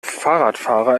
fahrradfahrer